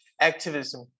activism